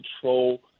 control